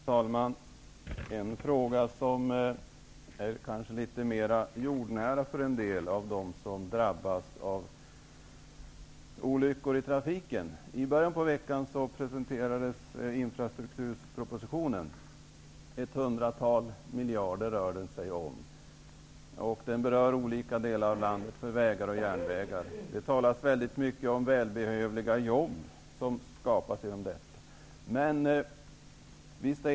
Fru talman! Jag har en fråga som är kanske litet mera jordnära för dem som drabbas av olyckor i trafiken. I början av veckan presenterades infrastrukturpropositionen. Det hela rör sig om ett hundratal miljarder. Vägar och järnvägar i olika delar av landet berörs. Det talas väldigt mycket om att det kommer att skapas många välbehövliga jobb.